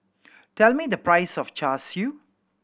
tell me the price of Char Siu